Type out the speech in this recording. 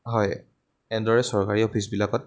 হয় এনেদৰে চৰকাৰী অফিচবিলাকত